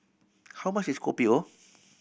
how much is Kopi O